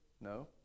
No